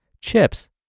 chips